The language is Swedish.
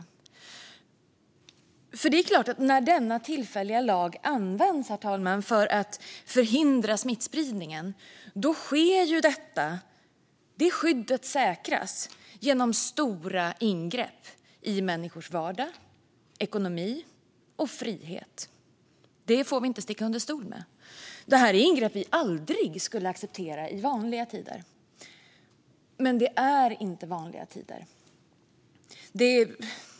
Det är klart, herr talman, att när denna tillfälliga lag används för att förhindra smittspridning säkras det skyddet genom stora ingrepp i människors vardag, ekonomi och frihet. Detta får vi inte sticka under stol med. Det här är ingrepp vi aldrig skulle acceptera i vanliga tider. Men det är inte vanliga tider.